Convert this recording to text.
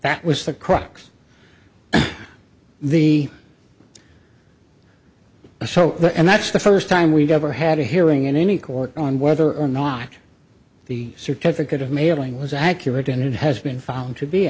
that was the crux of the so and that's the first time we've ever had a hearing in any court on whether or not the certificate of mailing was accurate and it has been found to be